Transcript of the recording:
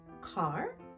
car